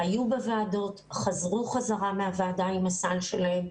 הם היו בוועדות וחזרו חזרה מהוועדה עם הסל שלהם.